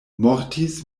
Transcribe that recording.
mortis